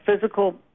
physical